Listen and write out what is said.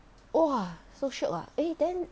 !wah! so shiok ah eh then